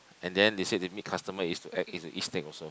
and then they said they meet customer is to act is to eat snake also